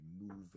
moving